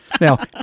now